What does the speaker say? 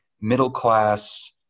middle-class